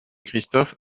christophe